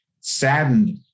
saddened